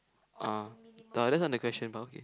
ah that's not the question but okay